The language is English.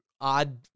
odd